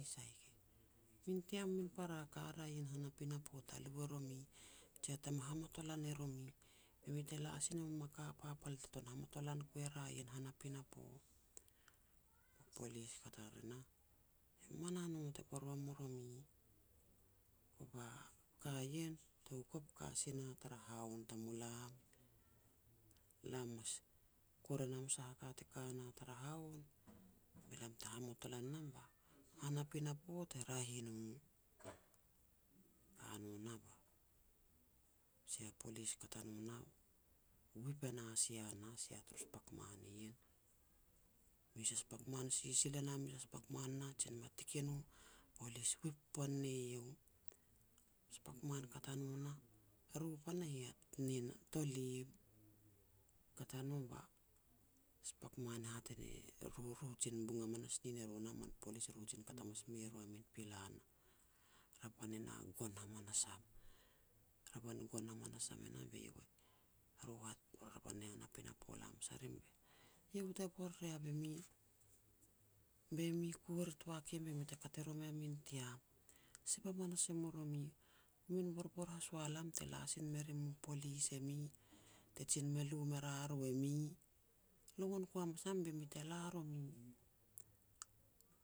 "Min team a min para ka ria ien han a pinapo ta lu e romi, jia tama hamatolon e romi, be mi te la sin e mum a ka papal te tuan ni hamatolan ku e ria ien han a pinapo". Bu polis kat ar e nah, "E man a no te bor wa mu romi, kova ka ien, tou kop ka si na tara haun tamulam. Lam mas kuer e nam sah a ka te ka na tara haun be lam te hamatolan nam ba han a pinapo te raeh e no." Ka no nah, ba sia polis kat a no nah wip e na sia nah, sia turu spak man ien. Mes a spak man sisil e na mes a spak man nah jin me tik i no, polis wip pon ne iau. Spak man kat a no nah, eru pan a hia nin tolim. Kat a no ba spak man e hat e ne ru, ru jin bung hamanas nien eru nah man polis, eru jin kat hamas me ru a min pila nah. Revan e nah gon hamanas am. Revan e gon hamanas am e nah be iau e, ru hat revan ni han a pinapo la hamas a rim be, "Eiau te bor ria be mi-be mi kua ritoa kiam be mi te kat e romi a mean tiam. Sep hamas e mu romi, komin borbor hasual am te la sin me rim u polis e mi, te jin me lu me ria ru e mi. Longon ku hamas nam be mi te la romi."